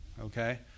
okay